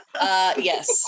Yes